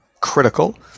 critical